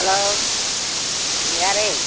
hello நீங்கள் யார்